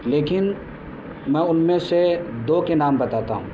لیکن میں ان میں سے دو کے نام بتاتا ہوں